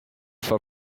for